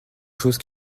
chose